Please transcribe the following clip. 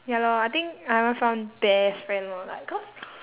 ya lor I think I haven't found best friend lor like cause